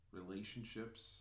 relationships